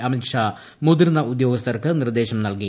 അമിത്ഷാമുതിർന്ന ഉദ്യോഗസ്ഥർക്ക് നിർദ്ദേശം നൽകി